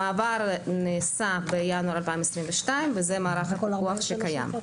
המעבר נעשה בינואר 22, וזה מערך הפיקוח שקיים.